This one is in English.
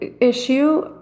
issue